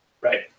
right